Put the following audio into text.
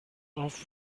off